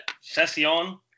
Session